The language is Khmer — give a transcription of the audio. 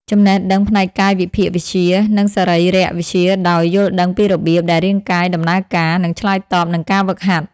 ចំណេះដឹងផ្នែកកាយវិភាគវិទ្យា និងសរីរវិទ្យាដោយ យល់ដឹងពីរបៀបដែលរាងកាយដំណើរការ និងឆ្លើយតបនឹងការហ្វឹកហាត់។